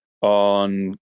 on